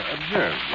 Observe